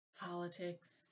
politics